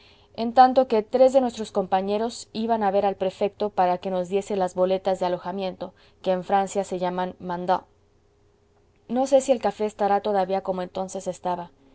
en tanto que tres de nuestros compañeros iban a ver al prefecto para que nos diese las boletas de alojamiento que en francia se llaman mandat no sé si el café estará todavía como entonces estaba